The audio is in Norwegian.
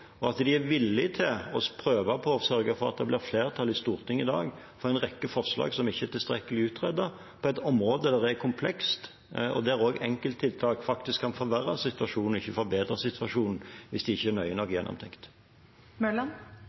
og at de er villige til å prøve å sørge for at det blir flertall i Stortinget i dag for en rekke forslag som ikke er tilstrekkelig utredet, på et område som er komplekst, og der enkelttiltak faktisk kan forverre situasjonen, ikke forbedre den, hvis de ikke er nøye nok